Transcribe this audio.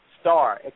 star